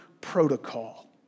protocol